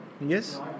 Yes